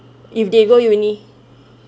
if they go uni